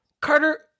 Carter